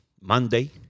monday